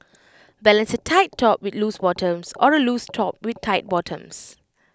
balance A tight top with loose bottoms or A loose top with tight bottoms